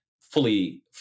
fully